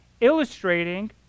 illustrating